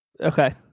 Okay